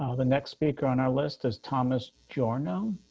ah the next speaker on our list is thomas pure no